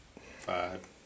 Five